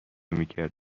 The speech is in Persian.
میکرد